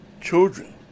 children